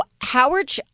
Howard